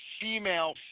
female